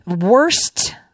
worst